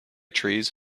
trees